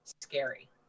scary